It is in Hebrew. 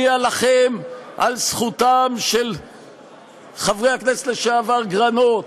אני אלחם על זכותם של חברי הכנסת לשעבר גרנות,